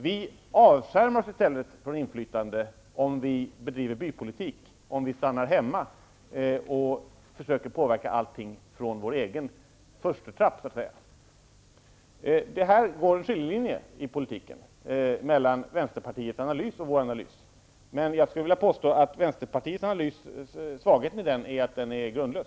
Vi avskärmar oss i stället från inflytande om vi bedriver bypolitik, om vi stannar hemma och så att säga försöker påverka allt från vår egen förstutrapp. Det går här en skiljelinje i politiken mellan vänsterpartiets analys och vår analys, men jag skulle vilja påstå att svagheten med vänsterpartiets analys är att den är grundlös.